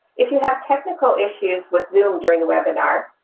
if you have technical issues with zoom during the webinar,